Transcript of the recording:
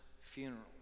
funeral